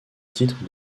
titre